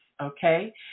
Okay